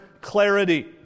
clarity